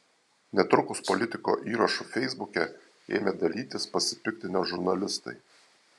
netrukus politiko įrašu feisbuke ėmė dalytis pasipiktinę žurnalistai